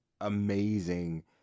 amazing